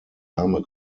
arme